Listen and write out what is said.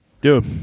Dude